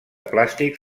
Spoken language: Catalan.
plàstic